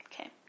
Okay